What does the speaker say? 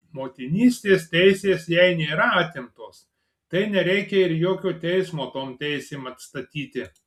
motinystės teisės jai nėra atimtos tai nereikia ir jokio teismo tom teisėm atstatyti